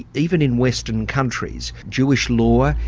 even in western countries? jewish law,